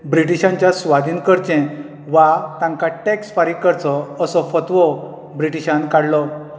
ब्रिटीशांच्या सुवादीन करचें वा तांकां टॅक्स फारीक करचो असो फतवो ब्रिटीशान काडलो